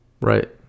Right